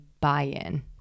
buy-in